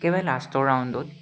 একেবাৰে লাষ্টৰ ৰাউণ্ডত